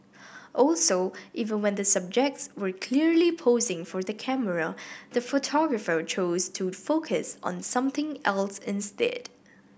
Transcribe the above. also even when the subjects were clearly posing for the camera the photographer chose to focus on something else instead